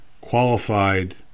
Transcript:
qualified